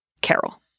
Carol